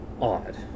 odd